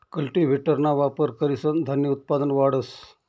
कल्टीव्हेटरना वापर करीसन धान्य उत्पादन वाढस